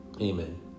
amen